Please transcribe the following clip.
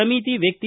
ಸಮಿತಿ ವ್ಯಕ್ತಿ